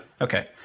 okay